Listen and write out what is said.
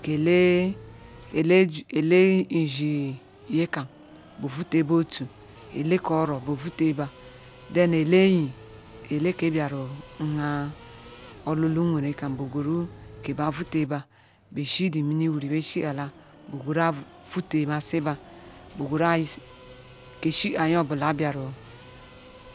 Kele- eleji nji nyekam boh oʊute bah otu eleke oro beh beh vute bah them ndo enyi eleke bia ru olulu nwere kam bah gweru nkeh bah vute bah shi the mini wuri weh eshila gweru azul vute hasi bah beh gweru ke keshi-a nyeo- bula nbiaru